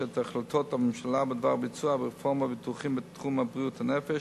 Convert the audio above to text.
את החלטות הממשלה בדבר ביצוע הרפורמה בתחום בריאות הנפש,